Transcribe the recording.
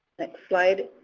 next slide.